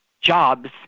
jobs